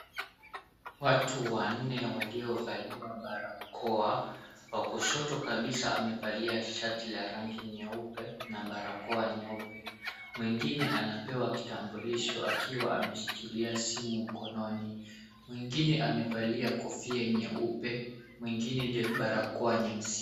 Watu wanne waliovalia barakoa. Wa kushoto kabisa amevalia shati la rangi nyeupe na barakoa nyeupe. Mwingine anapewa kitambulisho akiwa ameshikila simu mkononi. Mwingine amevalia kofia nyeupe, mwingine barakoa nyeusi.